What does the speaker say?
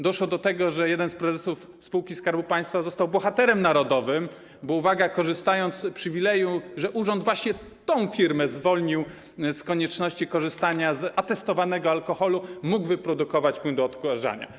Doszło do tego, że jeden z prezesów spółki Skarbu Państwa został bohaterem narodowym, bo, uwaga, korzystając z przywileju, że urząd właśnie tę firmę zwolnił z konieczności korzystania z atestowanego alkoholu, mógł wyprodukować płyn do odkażania.